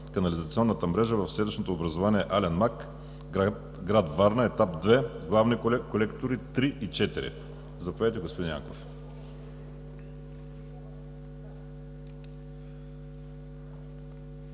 канализационната мрежа в селищно образувание „Ален мак“, гр. Варна, Етап 2 – Главни колектори 3 и 4“. Заповядайте, господин Янков.